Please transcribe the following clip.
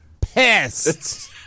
pissed